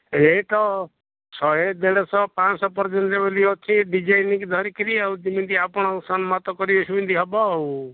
rate ଶହେ ଦେଢ଼ଶହ ପାଞ୍ଚଶହ ପର୍ଯ୍ୟନ୍ତ ବୋଲି ଅଛି ଡିଜାଇନ୍କୁ ଧରିକିରି ଆଉ ଯେମିତି ଆପଣ ସହମତ କରିବେ ସେମିତି ହେବ ଆଉ